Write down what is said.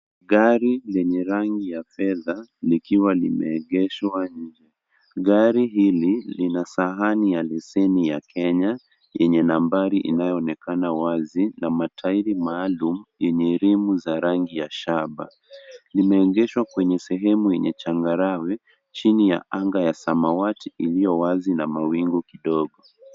Gari lenye rangi ya fedha likiwa limeegeshwa. Gari lina sahani ya leseni ya Kenya yenye nambari inayoonekana wazi na matairi maalum yenye rimu za rangi ya shaba. Limeegshwa kwenye sehemu ya changarawe chini ya anga ya samawati iliyo na mawingu kidogo.